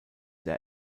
der